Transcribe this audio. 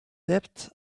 debt